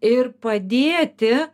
ir padėti